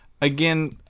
again